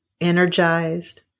energized